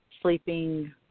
sleeping